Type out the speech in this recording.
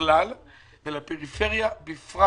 בכלל ולפריפריה בפרט.